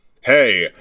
Hey